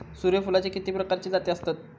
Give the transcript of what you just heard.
सूर्यफूलाचे किती प्रकारचे जाती आसत?